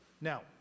Now